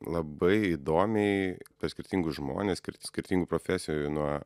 labai įdomiai per skirtingus žmones skirtingų profesijų nuo